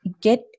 get